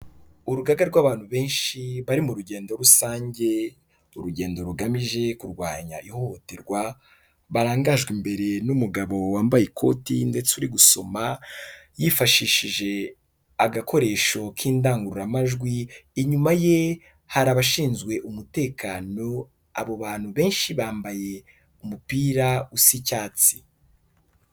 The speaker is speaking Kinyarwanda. Urugaga rw'abantu benshi, bari mu rugendo rusange, urugendo rugamije kurwanya ihohoterwa, barangajwe imbere n'umugabo wambaye ikoti ndetse uri gusoma, yifashishije agakoresho k'indangururamajwi, inyuma ye hari abashinzwe umutekano, abo bantu benshi bambaye umupira usa icyatsi.